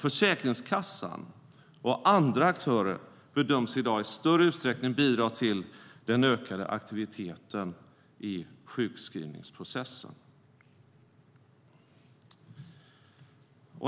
Försäkringskassan och andra aktörer bedöms i dag i större utsträckning bidra till den ökade aktiviteten i sjukskrivningsprocessen.